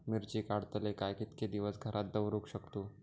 मिर्ची काडले काय कीतके दिवस घरात दवरुक शकतू?